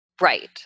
Right